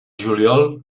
juliol